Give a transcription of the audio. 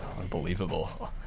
Unbelievable